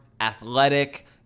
athletic